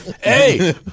Hey